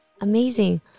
Amazing